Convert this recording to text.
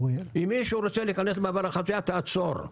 אם מישהו רוצה להיכנס למעבר החצייה, תעצור.